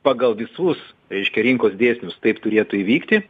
pagal visus reiškia rinkos dėsnius taip turėtų įvykti